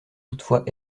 toutefois